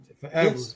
Forever